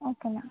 okay madam